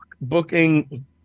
booking